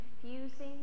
confusing